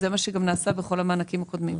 זה גם מה שנעשה בכל המענקים הקודמים.